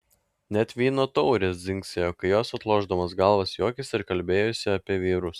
net vyno taurės dzingsėjo kai jos atlošdamos galvas juokėsi ir kalbėjosi apie vyrus